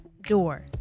door